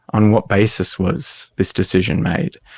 on what basis was this decision made?